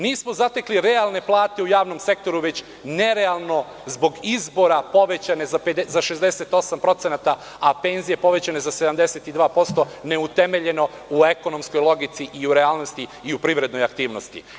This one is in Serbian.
Nismo zatekli realne plate u javnom sektoru, već nerealno, zbog izbora povećane za 68%, a penzije povećane za 72%, neutemeljeno u ekonomskoj logici i u realnosti i u privrednoj aktivnosti.